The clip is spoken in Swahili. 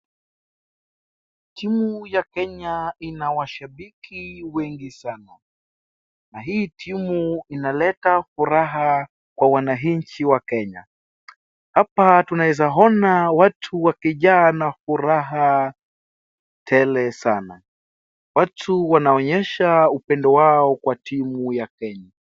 Timu ya Kenya ina washabiki wengi sana, na hii timu inaleta furaha kwa wananchi wa Kenya. Hapa tunaeza ona watu wakijaa na furaha tele sana. Watu wanaonyesha upendo wao kwa timu ya Kenya.